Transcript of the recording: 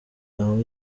aho